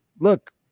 look